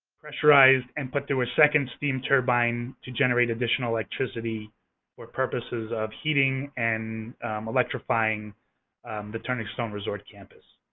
pressurized, and put through a second steam turbine to generate additional electricity for purposes of heating and electrifying the turning stone resort campus.